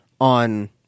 on